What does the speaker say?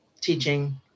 teaching